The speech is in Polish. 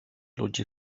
ludzi